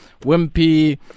Wimpy